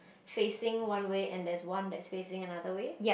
facing one way and there's one that is facing another way